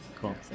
Cool